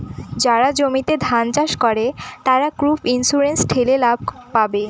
যারা জমিতে ধান চাষ করে, তারা ক্রপ ইন্সুরেন্স ঠেলে লাভ পাবে